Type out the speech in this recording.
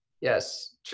Yes